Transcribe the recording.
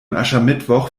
aschermittwoch